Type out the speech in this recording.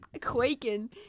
quaking